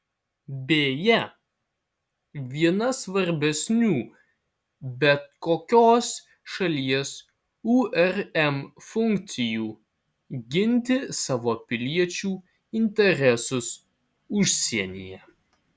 beje viena svarbesnių bet kokios šalies urm funkcijų ginti savo piliečių interesus užsienyje